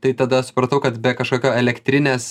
tai tada supratau kad be kažkokio elektrinės